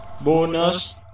Bonus